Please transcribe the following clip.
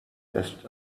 echt